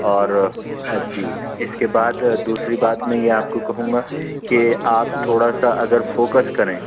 اور جی اس کے بعد دوسری بات میں یہ آپ کو کہوں گا کہ آپ تھوڑا سا اگر فوکس کریں